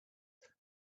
there